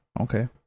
Okay